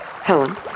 Helen